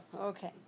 okay